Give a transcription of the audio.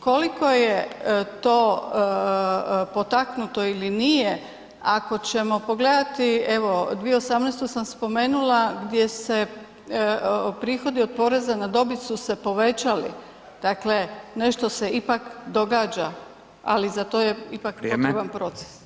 Koliko je to potaknuto ili nije, ako ćemo pogledati, evo 2018. sam spomenula gdje se prihodi od poreza na dobit su se povećali, dakle, nešto se ipak događa, ali za to je ipak [[Upadica: Vrijeme.]] potreban proces.